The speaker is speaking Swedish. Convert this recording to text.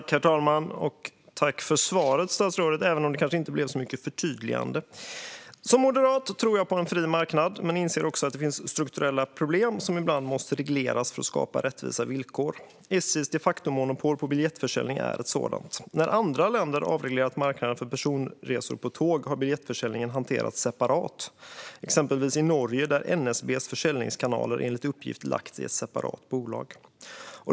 Herr talman! Tack för svaret, statsrådet, även om det kanske inte blev så mycket förtydligande. Jag är moderat, och jag tror på en fri marknad. Men jag inser också att det finns strukturella problem som ibland måste regleras för att skapa rättvisa villkor. SJ:s de facto-monopol på biljettförsäljning är ett sådant. När andra länder har avreglerat marknaden för personresor på tåg har biljettförsäljningen hanterats separat, exempelvis i Norge där NSB:s försäljningskanaler enligt uppgift lagts i ett separat bolag.